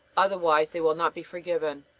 otherwise they will not be forgiven.